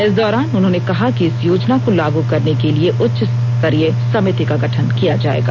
इस दौरान उन्होंने कहा कि इस योजना को लागू करने के लिए उच्च स्तरीय समिति का गठन किया जाएगा